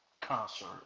concert